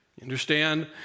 Understand